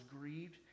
grieved